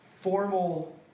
formal